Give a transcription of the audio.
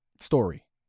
Story